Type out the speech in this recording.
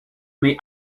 may